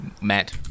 Matt